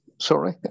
Sorry